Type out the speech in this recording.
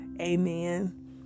amen